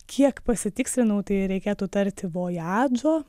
kiek pasitikslinau tai reikėtų tarti vojadžo